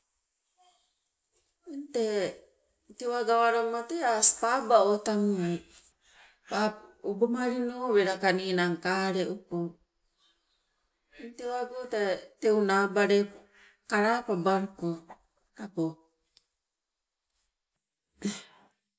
Eng tee tewa gawalama tee aas paaba o tamuwai, pa- obomalino ninang kaleuko, eng tewago tee teu naaba lepo kalapabaluko. Tabo